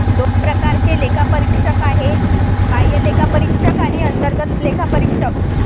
दोन प्रकारचे लेखापरीक्षक आहेत, बाह्य लेखापरीक्षक आणि अंतर्गत लेखापरीक्षक